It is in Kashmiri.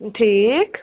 ٹھیٖک